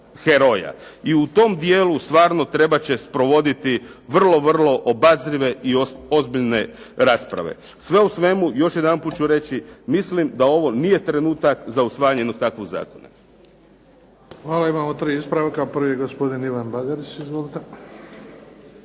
I u tom dijelu stvarno trebati će provoditi vrlo, vrlo obazrive i ozbiljne rasprave. Sve u svemu, još jedanput ću reći, mislim da ovo nije trenutak za usvajanje jednog takvog zakona. **Bebić, Luka (HDZ)** Hvala. Imamo tri ispravka, prvi je gospodin Ivan Bagarić. Izvolite.